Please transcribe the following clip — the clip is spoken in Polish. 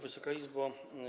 Wysoka Izbo!